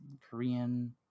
Korean